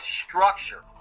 structure